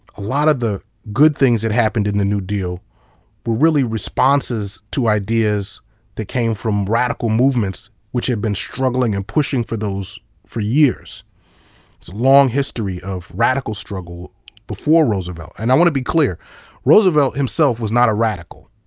a lot of the good things that happened in the new deal were really responses to ideas that came from radical movements which had been struggling and pushing for those for years. there's a long history of radical struggle before roosevelt. and i want to be clear roosevelt himself was not a radical.